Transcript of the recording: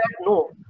no